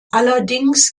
allerdings